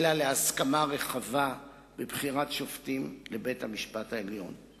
אלא להסכמה רחבה בבחירת שופטים לבית-המשפט העליון.